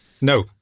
No